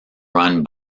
run